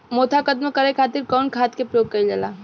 मोथा खत्म करे खातीर कउन खाद के प्रयोग कइल जाला?